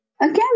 again